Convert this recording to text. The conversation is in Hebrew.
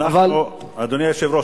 אדוני היושב-ראש,